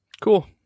cool